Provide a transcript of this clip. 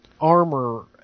armor